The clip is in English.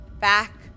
back